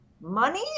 money